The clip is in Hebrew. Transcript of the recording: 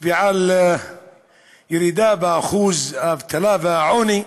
ועל ירידה באחוז האבטלה והעוני.